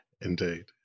Indeed